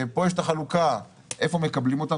פה יש את החלוקה איפה מקבלים אותן.